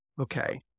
Okay